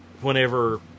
whenever